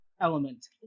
Element